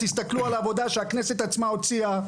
תסתכלו על העבודה שהכנסת עצמה הוציאה.